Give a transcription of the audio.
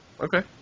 okay